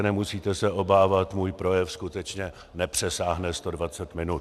Nemusíte se obávat, můj projev skutečně nepřesáhne 120 minut.